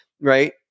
right